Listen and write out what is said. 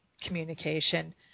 communication